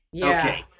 Okay